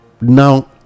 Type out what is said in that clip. Now